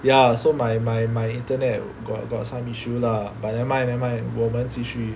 ya so my my my internet got got some issue lah but never mind never mind 我们继续